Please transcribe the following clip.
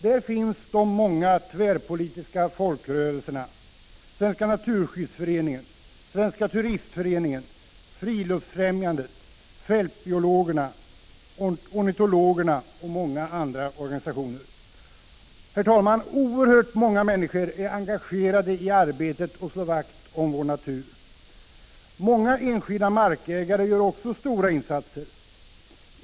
Där finns de många tvärpolitiska folkrörelserna: Svenska naturskyddsföreningen, Svenska turistföreningen, Friluftsfrämjandet, Fältbiologerna, Ornitologerna och många andra organisationer. Herr talman! Oerhört många människor är engagerade i arbetet att slå vakt om vår natur. Många enskilda markägare gör också stora insatser.